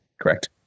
Correct